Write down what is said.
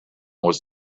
was